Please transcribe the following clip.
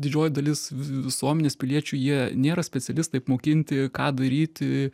didžioji dalis visuomenės piliečių jie nėra specialistai apmokinti ką daryti